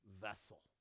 vessel